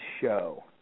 show